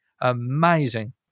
amazing